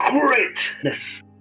greatness